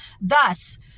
thus